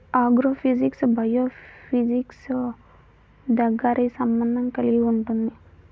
agrophysics బయోఫిజిక్స్తో దగ్గరి సంబంధం కలిగి ఉంటుంది